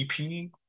EP